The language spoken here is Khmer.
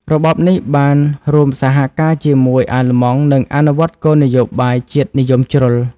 របបនេះបានរួមសហការជាមួយអាល្លឺម៉ង់ និងអនុវត្តគោលនយោបាយជាតិនិយមជ្រុល។